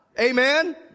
amen